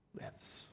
lives